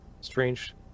strange